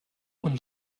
und